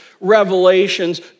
Revelation's